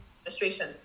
administration